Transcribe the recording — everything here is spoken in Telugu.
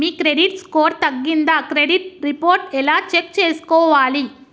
మీ క్రెడిట్ స్కోర్ తగ్గిందా క్రెడిట్ రిపోర్ట్ ఎలా చెక్ చేసుకోవాలి?